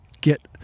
get